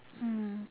mm